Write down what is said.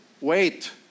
wait